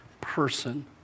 person